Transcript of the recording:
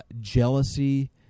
jealousy